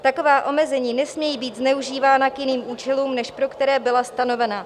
Taková omezení nesmějí být zneužívána k jiným účelům, než pro které byla stanovena.